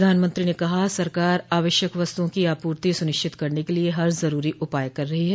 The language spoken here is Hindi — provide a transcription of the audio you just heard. प्रधानमंत्री ने कहा कि सरकार आवश्यक वस्तुओं की आपूर्ति सुनिश्चित करने के लिए हर जरूरी उपाय कर रही है